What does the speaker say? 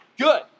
Good